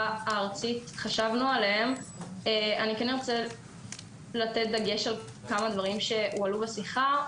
הארצית אני רוצה לתת דגש לכמה דברים שעלו בשיחה: